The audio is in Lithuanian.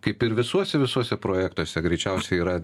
kaip ir visuose visuose projektuose greičiausiai yra